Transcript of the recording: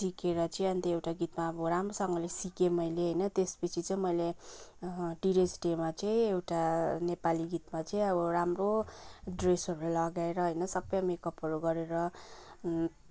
सिकेर चाहिँ अन्त एउटा गीतमा अब राम्रोसँगले सिकेँ मैले होइन त्यसपछि चाहिँ मैले टिचर्स डेमा चाहिँ एउटा नेपाली गीतमा चाहिँ अब राम्रो ड्रेसहरू लगाएर होइन सबै मेकअपहरू गरेर